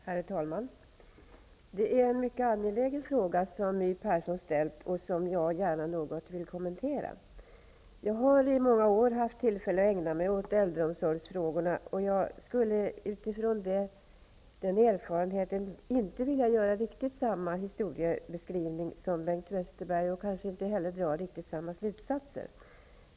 Herr talman! Det är en mycket angelägen fråga som My Persson ställt och som jag gärna något vill kommentera. Jag har i många år haft tillfälle att ägna mig åt äldreomsorgsfrågorna. Jag skulle utifrån den erfarenheten inte vilja göra riktigt samma historiebeskrivning som Bengt Westerberg och kanske inte heller riktigt dra samma slutsatser.